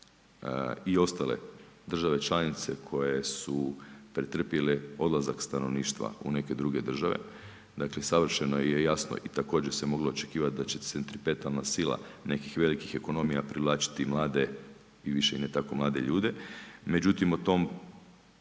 i ostale države članice koje su pretrpjele odlazak stanovništva u neke druge države, dakle savršeno je jasno i također se moglo očekivati da će centripetalna sila nekih velikih ekonomija privlačiti mlade i više ne tako mlade ljude. Međutim o tom